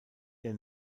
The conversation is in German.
der